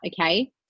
okay